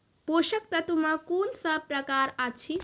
पोसक तत्व मे कून सब प्रकार अछि?